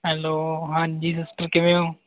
hello ਹਾਂਜੀ sister ਕਿਵੇਂ ਹੋ